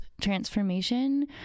transformation